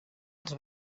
als